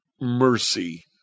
mercy